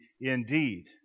indeed